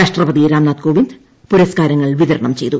രാഷ്ട്രപതി രാംനാഥ് കോവിന്ദ്പുരസ്ക്കാരങ്ങൾ വിതരണം ചെയ്തു